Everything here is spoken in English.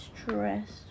stressed